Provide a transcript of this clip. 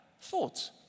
thoughts